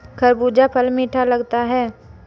खरबूजा फल मीठा लगता है